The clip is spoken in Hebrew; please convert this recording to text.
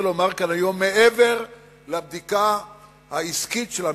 לומר כאן היום מעבר לבדיקה העסקית של המפעל.